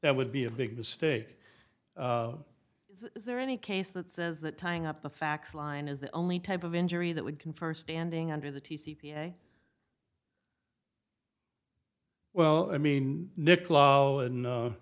that would be a big mistake is there any case that says that tying up the fax line is the only type of injury that would confer standing under the t c p well i mean